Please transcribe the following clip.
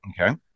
Okay